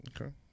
Okay